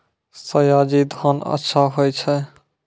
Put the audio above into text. सयाजी धान अच्छा होय छै?